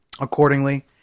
accordingly